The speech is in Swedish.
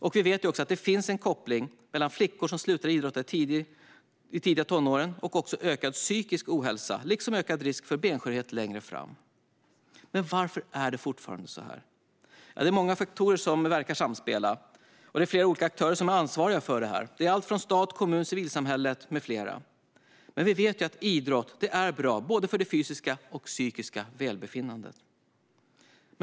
Det finns också en koppling mellan flickor som slutar idrotta i de tidiga tonåren och ökad psykisk ohälsa liksom ökad risk för benskörhet längre fram. Varför är det fortfarande så här? Många faktorer verkar samspela, och flera olika aktörer är ansvariga. Det är allt från stat och kommun till civilsamhället med flera. Men vi vet att idrott är bra för både det fysiska och det psykiska välbefinnandet.